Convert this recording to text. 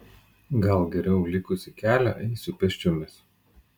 gal geriau likusį kelią eisiu pėsčiomis